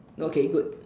okay good